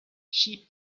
she